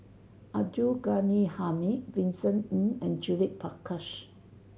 Abdul Ghani Hamid Vincent Ng and Judith Prakash